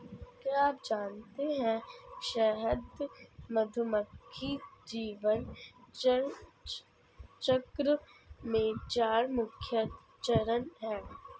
क्या आप जानते है शहद मधुमक्खी जीवन चक्र में चार मुख्य चरण है?